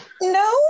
No